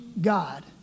God